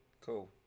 cool